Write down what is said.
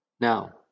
Now